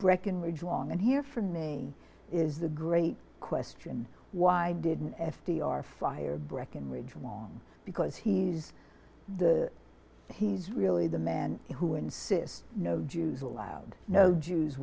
breckenridge long and hear from me is the great question why didn't f d r fire breckenridge long because he's the he's really the man who insist no jews allowed no jews